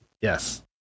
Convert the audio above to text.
Yes